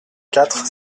quatre